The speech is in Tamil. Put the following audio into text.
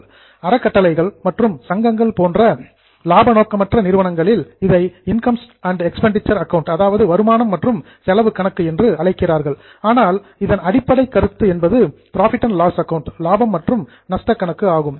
டிரஸ்ட்ஸ் அறக்கட்டளைகள் மற்றும் சொசைட்டீஸ் சங்கங்கள் போன்ற நான் புரோஃபிட் ஆர்கனைசேஷன்ஸ் லாப நோக்கமற்ற நிறுவனங்களில் இதை இன்கம் அண்ட் எக்ஸ்பெண்டிச்சர் அக்கவுண்ட் வருமானம் மற்றும் செலவு கணக்கு என்று அழைக்கிறார்கள் ஆனால் இதன் அடிப்படைக் கருத்து என்பது புரோஃபிட் அண்ட் லாஸ் அக்கவுண்ட் லாபம் மற்றும் நஷ்டம் கணக்கு ஆகும்